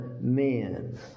men